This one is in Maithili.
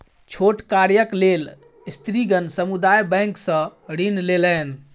छोट कार्यक लेल स्त्रीगण समुदाय बैंक सॅ ऋण लेलैन